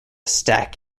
stack